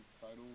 title